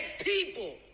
people